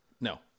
No